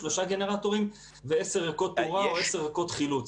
3 גנרטורים ועשר ערכות תאורה או עשר ערכות חילוץ.